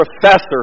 professor